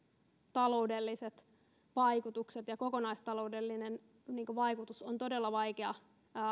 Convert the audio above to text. taloudelliset vaikutukset ja kokonaistaloudellinen vaikutus on todella vaikea